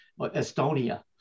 Estonia